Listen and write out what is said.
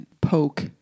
poke